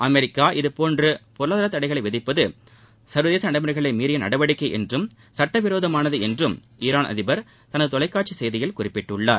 America இதுபோன்று பொருளாதார தடைகளை விதிப்பது சர்வதேச நடைமுறைகளை மீறிய நடவடிக்கை என்றும் சட்ட விரோதமானது என்றும் ஈரான் அதிபர் தனது தொலைக்காட்சி செய்தியில் குறிப்பிட்டார்